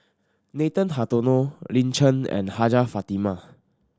Nathan Hartono Lin Chen and Hajjah Fatimah